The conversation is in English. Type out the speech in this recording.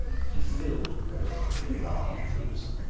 he filled rome and italy with armed troops,